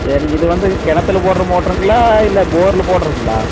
சரிங்க இது வந்து கிணத்துல போடுகிற மோட்டருங்களா இல்லை போரில் போடுகிறதுங்களா